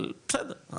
אבל בסדר,